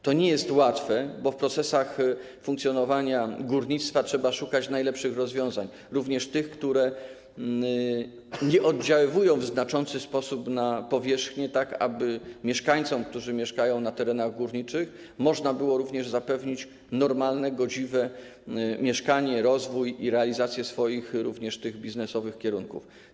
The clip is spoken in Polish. To nie jest łatwe, bo w procesach funkcjonowania górnictwa trzeba szukać najlepszych rozwiązań, również tych, które nie oddziałują w znaczący sposób na powierzchnię, aby mieszkańcom, którzy mieszkają na terenach górniczych, można było również zapewnić normalne, godziwe mieszkanie, rozwój i realizację biznesowych kierunków.